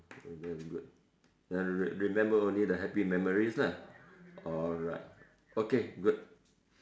oh very good ya re~ remember only the happy memories lah alright okay good